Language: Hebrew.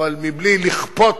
בלי לכפות